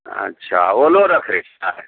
अच्छा ओलो रखै छियै